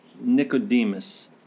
Nicodemus